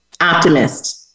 Optimist